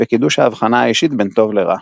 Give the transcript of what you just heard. וקידוש ההבחנה האישית בין טוב לרע.